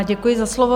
Děkuji za slovo.